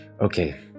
Okay